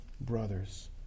brothers